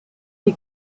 die